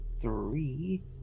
three